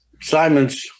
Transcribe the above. Simon's